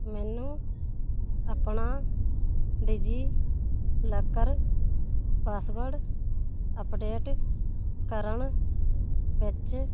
ਮੈਨੂੰ ਆਪਣਾ DigiLocker password update ਕਰਨ ਵਿੱਚ